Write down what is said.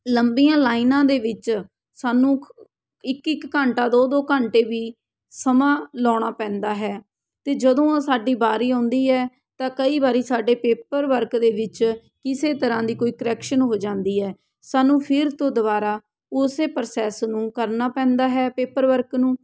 ਲੰਬੀਆਂ ਲਾਈਨਾਂ ਦੇ ਵਿੱਚ ਸਾਨੂੰ ਇੱਕ ਇੱਕ ਘੰਟਾ ਦੋ ਦੋ ਘੰਟੇ ਵੀ ਸਮਾਂ ਲਾਉਣਾ ਪੈਂਦਾ ਹੈ ਅਤੇ ਜਦੋਂ ਓ ਸਾਡੀ ਬਾਰੀ ਆਉਂਦੀ ਹੈ ਤਾਂ ਕਈ ਵਾਰੀ ਸਾਡੇ ਪੇਪਰ ਵਰਕ ਦੇ ਵਿੱਚ ਕਿਸੇ ਤਰ੍ਹਾਂ ਦੀ ਕੋਈ ਕਰੈਕਸ਼ਨ ਹੋ ਜਾਂਦੀ ਹੈ ਸਾਨੂੰ ਫਿਰ ਤੋਂ ਦੁਬਾਰਾ ਉਸੇ ਪ੍ਰੋਸੈਸ ਨੂੰ ਕਰਨਾ ਪੈਂਦਾ ਹੈ ਪੇਪਰ ਵਰਕ ਨੂੰ